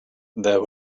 there